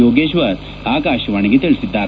ಯೋಗೇಶ್ವರ್ ಆಕಾಶವಾಣಿಗೆ ತಿಳಿಸಿದ್ದಾರೆ